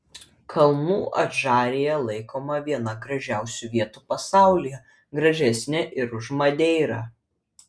kalnų adžarija laikoma viena gražiausių vietų pasaulyje gražesnė ir už madeirą